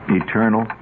eternal